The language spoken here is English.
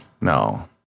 no